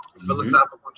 Philosophical